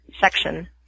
section